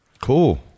Cool